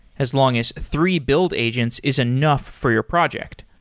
as long as three build agents is enough for your project.